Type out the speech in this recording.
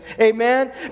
Amen